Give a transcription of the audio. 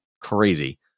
crazy